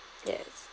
yes